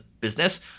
business